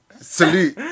Salute